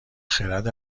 خرد